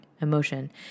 emotion